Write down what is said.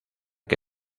que